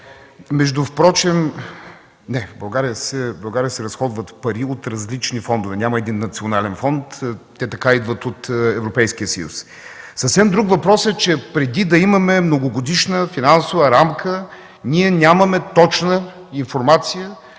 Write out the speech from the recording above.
ДОНЧЕВ: Не, в България се разходват пари от различни фондове. Няма един национален фонд. Те така идват от Европейския съюз. Съвсем друг въпрос е, че преди да имаме многогодишна финансова рамка ние нямаме точна информация